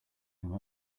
from